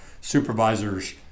supervisors